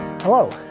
Hello